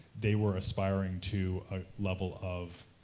they were aspiring to a level of